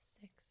six